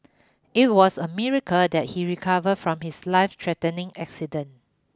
it was a miracle that he recovered from his lifethreatening accident